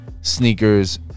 Sneakers